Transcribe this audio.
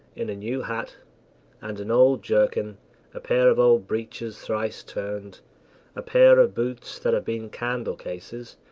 in a new hat and an old jerkin a pair of old breeches thrice turned a pair of boots that have been candle-cases,